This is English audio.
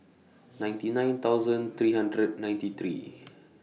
ninety nine thousand three hundred ninety three